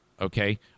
okay